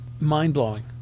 mind-blowing